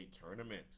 Tournament